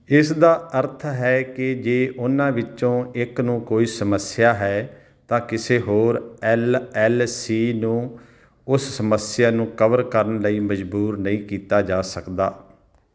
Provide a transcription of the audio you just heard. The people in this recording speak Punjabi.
ਇਸ ਦਾ ਅਰਥ ਹੈ ਕਿ ਜੇ ਉਨ੍ਹਾਂ ਵਿੱਚੋਂ ਇੱਕ ਨੂੰ ਕੋਈ ਸਮੱਸਿਆ ਹੈ ਤਾਂ ਕਿਸੇ ਹੋਰ ਐੱਲ ਐੱਲ ਸੀ ਨੂੰ ਉਸ ਸਮੱਸਿਆ ਨੂੰ ਕਵਰ ਕਰਨ ਲਈ ਮਜਬੂਰ ਨਹੀਂ ਕੀਤਾ ਜਾ ਸਕਦਾ